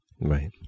Right